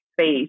space